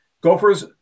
Gophers